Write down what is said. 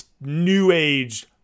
new-age